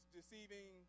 deceiving